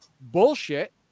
Bullshit